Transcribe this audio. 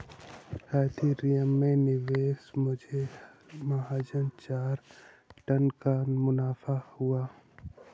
Ethereum में निवेश मुझे महज चार टका मुनाफा हुआ